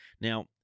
now